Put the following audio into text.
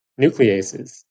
nucleases